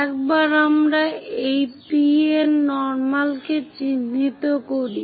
একবার আমরা এই PN নর্মাল কে চিহ্নিত করি